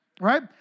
Right